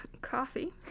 coffee